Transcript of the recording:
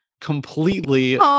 completely